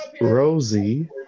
Rosie